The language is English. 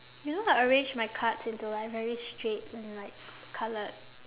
you know I arrange my cards into like very straight and like coloured